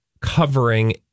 covering